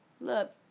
Look